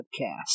podcast